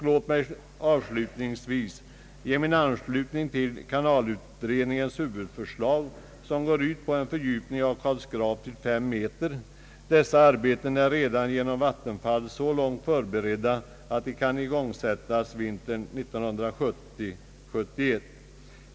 Låt mig avslutningsvis ansluta mig till kanaltrafikutredningens huvudförslag, som går ut på en fördjupning av Karlsgrav till 5 meter. Dessa arbeten är redan genom Vattenfall så långt förberedda att de kan igångsättas vintern 1970/71.